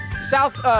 South